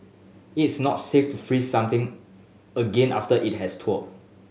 it is not safe to freeze something again after it has thawed